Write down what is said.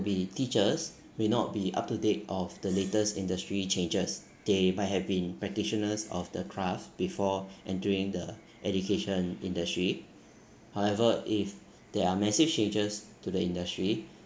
be teachers will not be up to date of the latest industry changes they might have been practitioners of the craft before and during the education industry however if there are massive changes to the industry